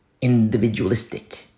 individualistic